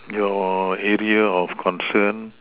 your area of concern